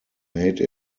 made